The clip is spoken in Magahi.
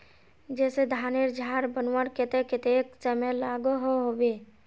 जैसे धानेर झार बनवार केते कतेक समय लागोहो होबे?